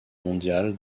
mondiale